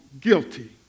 guilty